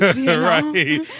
Right